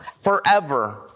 forever